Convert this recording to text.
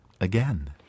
again